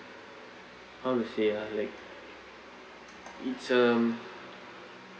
how to say ah like it's a